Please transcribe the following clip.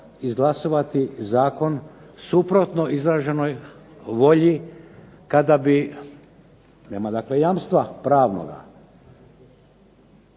izglasovati zakon suprotno izraženoj volji kada bi, nema dakle jamstva pravnoga.